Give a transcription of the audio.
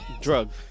Drug